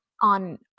on